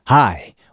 Hi